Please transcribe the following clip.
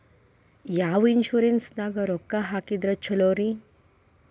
ಯಾವ ಇನ್ಶೂರೆನ್ಸ್ ದಾಗ ರೊಕ್ಕ ಹಾಕಿದ್ರ ಛಲೋರಿ?